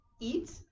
eat